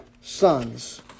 sons